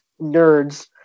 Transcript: nerds